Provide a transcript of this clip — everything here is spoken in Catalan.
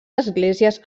esglésies